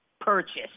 purchase